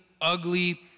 ugly